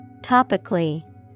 Topically